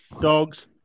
Dogs